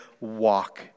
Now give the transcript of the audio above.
walk